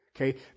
okay